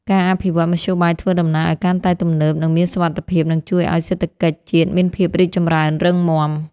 ការអភិវឌ្ឍន៍មធ្យោបាយធ្វើដំណើរឱ្យកាន់តែទំនើបនិងមានសុវត្ថិភាពនឹងជួយឱ្យសេដ្ឋកិច្ចជាតិមានភាពរីកចម្រើនរឹងមាំ។